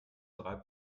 drei